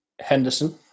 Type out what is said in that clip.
Henderson